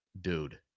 dude